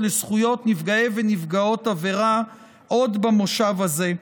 לזכויות נפגעי ונפגעות עבירה עוד במושב הזה.